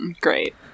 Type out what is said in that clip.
Great